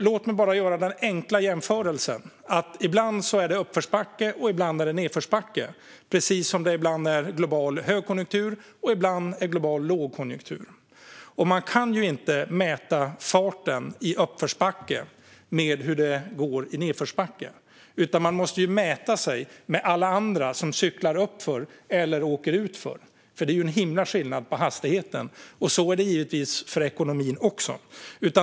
Låt mig göra den enkla jämförelsen att det ibland är uppförsbacke och ibland nedförsbacke precis som det ibland är global högkonjunktur och ibland global lågkonjunktur. Man kan inte mäta farten i uppförsbacke med hur det går i nedförsbacke, utan man måste mäta sig med alla andra som cyklar uppför eller åker utför. Det är ju en himla skillnad på hastigheten, och så är det givetvis för ekonomin också.